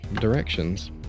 directions